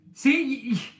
See